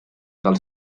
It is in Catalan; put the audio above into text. del